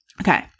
Okay